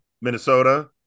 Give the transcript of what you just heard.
Minnesota